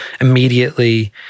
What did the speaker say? immediately